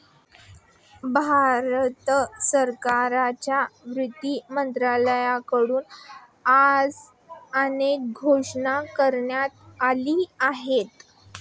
भारत सरकारच्या वित्त मंत्रालयाकडून आज अनेक घोषणा करण्यात आल्या आहेत